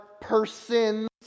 persons